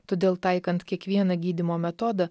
todėl taikant kiekvieną gydymo metodą